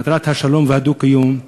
מטרת השלום והדו-קיום.